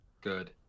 Good